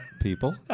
People